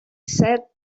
sat